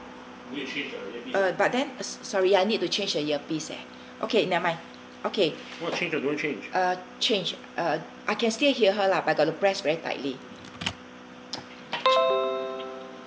uh but then so~ sorry I need to change a earpiece eh okay never mind okay uh change uh I can still hear her lah but got the press very tightly